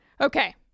Okay